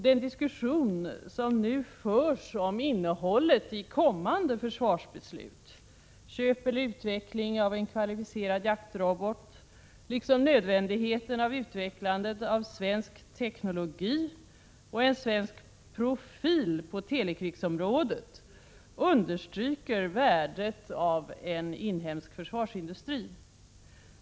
Den diskussion som nu förs om innehållet i kommande försvarsbeslut — köp eller utveckling av en kvalificerad jaktrobot liksom nödvändigheten av utvecklandet av svensk teknologi och en svensk profil på telekrigsområdet — understryker värdet av en inhemsk försvarsindustri.